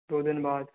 दो दिन बाद